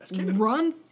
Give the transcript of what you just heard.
run